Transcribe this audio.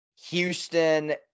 Houston